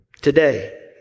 today